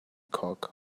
cock